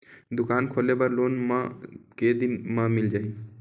दुकान खोले बर लोन मा के दिन मा मिल जाही?